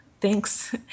Thanks